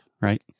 right